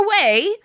away